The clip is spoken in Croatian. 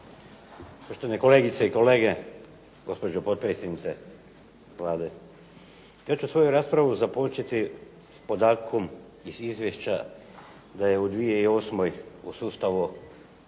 Poštovani kolegice i kolege, poštovana potpredsjednice Vlade. Ja ću svoju raspravu započeti s podatkom iz izvješća da je u 2008. u sustavu